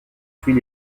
suit